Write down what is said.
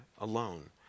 alone